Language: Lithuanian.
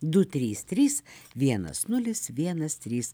du trys trys vienas nulis vienas trys